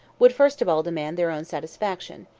would first of all demand their own satisfaction,